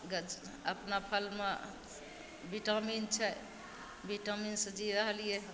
अपना फलमे विटामिन छै विटामिनसे जी रहलिए हँ